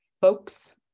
folks